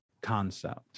concept